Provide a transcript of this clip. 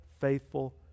faithful